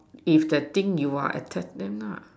if that thing you are attack them lah